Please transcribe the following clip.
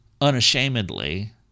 unashamedly